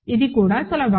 అది కూడా సులభం